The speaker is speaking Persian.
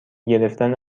گرفتن